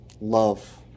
Love